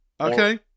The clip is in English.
Okay